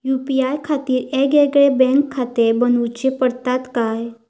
UPI खातीर येगयेगळे बँकखाते बनऊची पडतात काय?